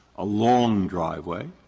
a long driveway.